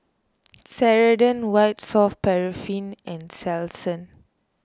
Ceradan White Soft Paraffin and Selsun